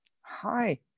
Hi